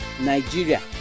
Nigeria